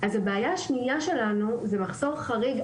אז הבעיה השנייה שלנו זה מחסור חריג,